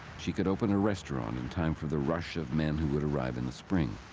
she could open a restaurant, in time for the rush of men who would arrive in the spring.